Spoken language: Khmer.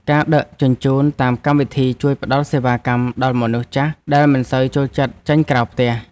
ការដឹកជញ្ជូនតាមកម្មវិធី ជួយផ្ដល់សេវាកម្មដល់មនុស្សចាស់ដែលមិនសូវចូលចិត្តចេញក្រៅផ្ទះ។